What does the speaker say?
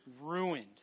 Ruined